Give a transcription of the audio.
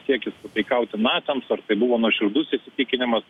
siekis pataikauti naciams ar tai buvo nuoširdus įsitikinimas